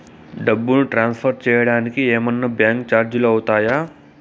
డబ్బును ట్రాన్స్ఫర్ సేయడానికి ఏమన్నా బ్యాంకు చార్జీలు అవుతాయా?